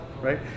Right